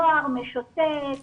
נוער משוטט,